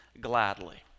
gladly